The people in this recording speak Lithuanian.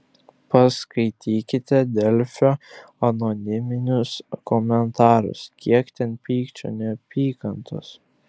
paskaitykite delfio anoniminius komentarus kiek ten pykčio neapykantos